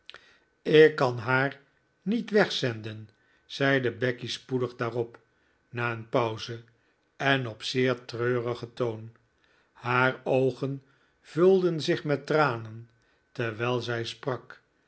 ik kan haar niet wegzenden zeide becky spoedig daarop na een pauze en op zeer treurigen toon haar oogen vulden zich met tranen terwijl zij sprak